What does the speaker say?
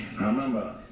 remember